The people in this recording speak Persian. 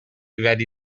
ولی